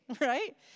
right